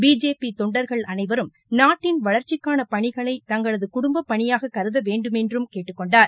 BJP தொண்டர்கள் அனைவரும் நாட்டின் வளர்ச்சிக்காள பணிகளை தங்களது குடும்பப் பணியாக கருத வேண்டுமென்றும் கேட்டுக் கொண்டார்